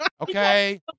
Okay